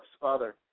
Father